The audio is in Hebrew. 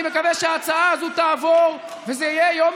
אני מקווה שההצעה הזאת תעבור וזה יהיה יום